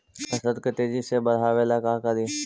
फसल के तेजी से बढ़ाबे ला का करि?